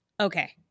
okay